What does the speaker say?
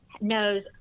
knows